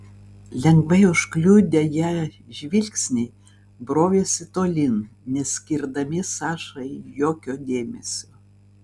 lengvai užkliudę ją žvilgsniai brovėsi tolyn neskirdami sašai jokio dėmesio